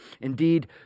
indeed